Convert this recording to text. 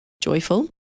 joyful